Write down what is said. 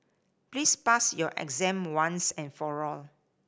please pass your exam once and for all